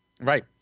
right